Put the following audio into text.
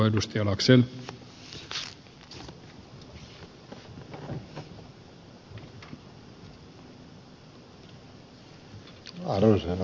arvoisa herra puhemies